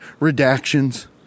redactions